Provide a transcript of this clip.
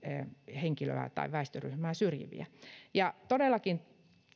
henkilöä tai väestöryhmää syrjiviä todellakin